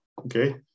okay